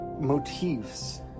motifs